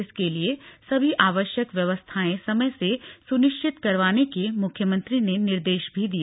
इसके लिये सभी आवश्यक व्यवस्थायें समय से सुनिश्चित करवाने के मुख्यमंत्री ने निर्देश भी दिए